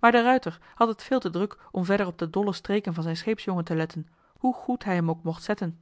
maar de ruijter had het veel te druk om verder op de dolle streken van zijn scheepsjongen te letten hoe goed hij hem ook mocht zetten